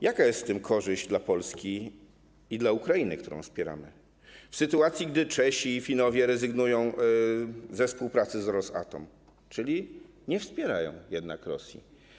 Jaka jest w tym korzyść dla Polski i dla Ukrainy, którą wspieramy, w sytuacji gdy Czesi i Finowie rezygnują ze współpracy z Rosatomem, czyli jednak nie wspierają Rosji?